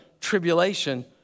tribulation